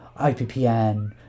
IPPN